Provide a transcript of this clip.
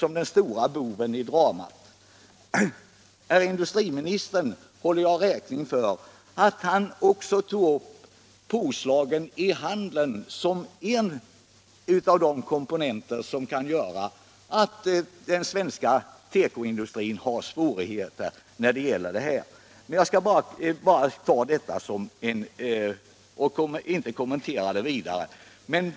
Herr industriministern håller jag räkning för att han också tog upp påslagen i handeln som en av de komponenter som kan göra att den svenska tekoindustrin har svårigheter. Jag skall inte kommentera det vidare.